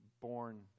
born